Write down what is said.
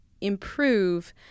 improve